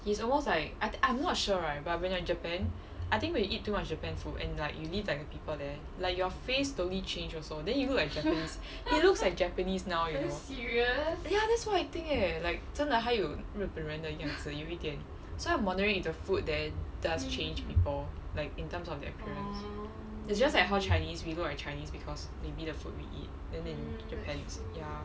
he's almost like I I'm not sure right but when you are in japan I think when you eat too much japan food and like you live like the people there like your face totally change also then you look like a japanese he looks like japanese now you know ya that's why I think eh like 真的他有日本人的样子有一点 so I'm wondering if the food there does change people like in terms of their appearance it's just like how chinese we look like chinese because maybe the food we eat then in japan also ya